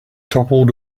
toppled